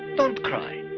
don't cry.